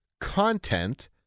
content